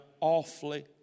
awfully